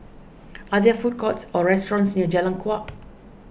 are there food courts or restaurants near Jalan Kuak